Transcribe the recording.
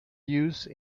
use